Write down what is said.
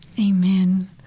Amen